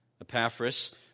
Epaphras